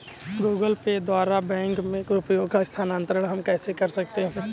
Google Pay द्वारा bank में रुपयों का स्थानांतरण हम कैसे कर सकते हैं?